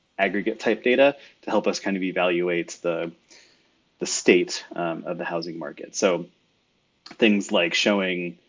aggregate type data to help us kind of evaluate the the state of the housing market. so things like showing,